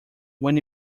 when